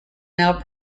now